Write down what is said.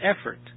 effort